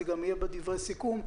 וזה גם יהיה בדברי הסיכום,